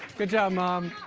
good job, mom.